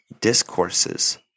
Discourses